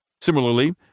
Similarly